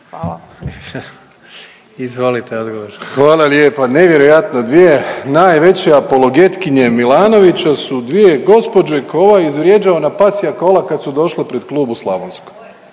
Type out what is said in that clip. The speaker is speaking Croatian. Andrej (HDZ)** Hvala lijepa. Nevjerojatno. Dvije najveće apologetkinje Milanovića su dvije gospođe koje je ovaj izvrijeđao na pasja kola kad su došle pred Klub u Slavonskoj.